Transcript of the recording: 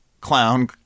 clown